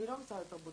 אני לא משרד התרבות,